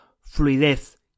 fluidez